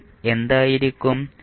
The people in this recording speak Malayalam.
മൂല്യം എന്തായിരിക്കും